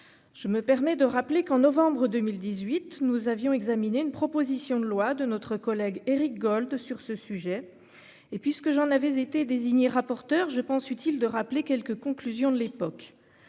Je me permets de rappeler qu'en novembre 2018, nous avions examiné une proposition de loi de notre collègue Éric Gold sur ce sujet et puis ce que j'en avais été désigné rapporteur je pense utile de rappeler quelques conclusions de l'époque,